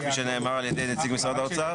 כפי שנאמר על ידי נציג משרד האוצר.